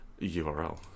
URL